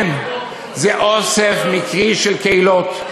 כן, זה אוסף מקרי של קהילות.